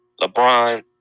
LeBron